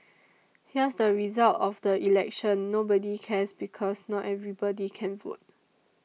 here's the result of the election nobody cares because not everybody can vote